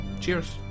cheers